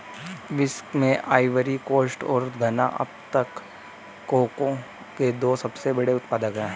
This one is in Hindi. विश्व में आइवरी कोस्ट और घना अब तक कोको के दो सबसे बड़े उत्पादक है